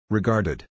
Regarded